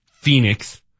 Phoenix